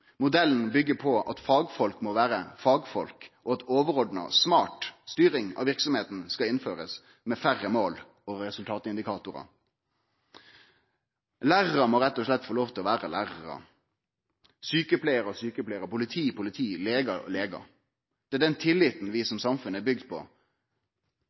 Modellen byggjer på at fagfolk må vere fagfolk, og at overordna smart styring av verksemda skal innførast med færre mål og resultatindikatorar. Lærarar må rett og slett få lov til å vere lærarar, sjukepleiarar sjukepleiarar, politi politi, legar legar. Det er den tilliten vi som samfunn er bygd på.